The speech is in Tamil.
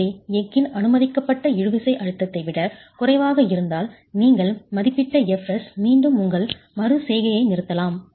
எனவே எஃகின் அனுமதிக்கப்பட்ட இழுவிசை அழுத்தத்தை விட குறைவாக இருந்தால் நீங்கள் மதிப்பிட்ட fs மீண்டும் உங்கள் மறு செய்கையை நிறுத்தலாம்